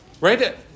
Right